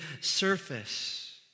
surface